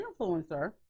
influencer